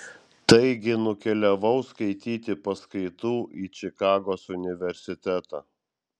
taigi nukeliavau skaityti paskaitų į čikagos universitetą